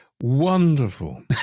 wonderful